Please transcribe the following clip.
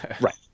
Right